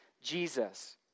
Jesus